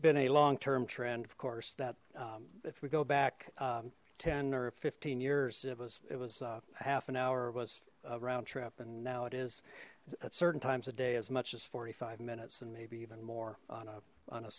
been a long term trend of course that if we go back ten or fifteen years it was it was half an hour it was a roundtrip and now it is at certain times a day as much as forty five minutes and maybe even more on a on a